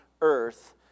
earth